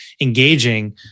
engaging